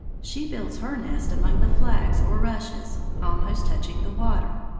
she builds her nest among the flags or rushes, almost touching the water.